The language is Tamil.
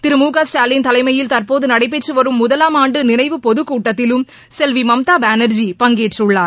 திரு மு க ஸ்டாலின் தலைமையில் தற்போது நடைபெற்று வரும் முதலாம் ஆண்டு நினைவு பொதுக்கூட்டத்திலும் செல்வி மம்தா பானார்ஜி பங்கேற்றுள்ளார்